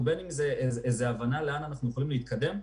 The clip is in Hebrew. איזו שהיא הבנה לאן אנחנו יכולים להתקדם,